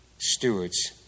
stewards